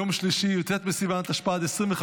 יום שלישי, י"ט בסיוון התשפ"ד,